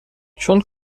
چون